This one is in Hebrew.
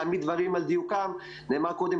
להעמיד דברים על דיוקם נאמר קודם,